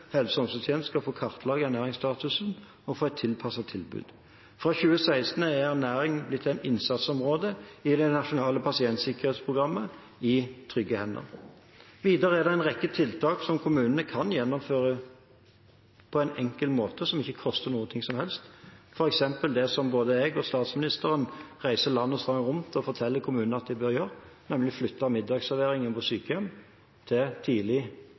helse- og omsorgstjenesten, skal få kartlagt ernæringsstatusen og få et tilpasset tilbud. Fra 2016 er ernæring blitt et innsatsområde i det nasjonale pasientsikkerhetsprogrammet «I trygge hender». Videre er det en rekke tiltak som kommunene kan gjennomføre på en enkel måte som ikke koster noe som helst – f.eks. det både statsministeren og jeg reiser land og strand rundt og forteller kommunene at de bør gjøre, nemlig flytte middagsserveringen på sykehjem fra tidlig